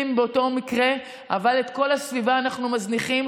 באותו מקרה אבל את כל הסביבה אנחנו מזניחים,